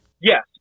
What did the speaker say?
Yes